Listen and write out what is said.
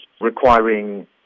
requiring